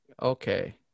Okay